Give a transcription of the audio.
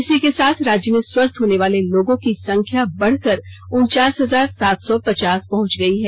इसी के साथ राज्य में स्वस्थ होने वालों की संख्या बढ़कर उन्वास हजार सात सौ पचास पहच गई है